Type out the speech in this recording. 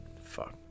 fuck